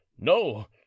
no